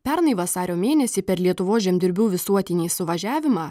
pernai vasario mėnesį per lietuvos žemdirbių visuotinį suvažiavimą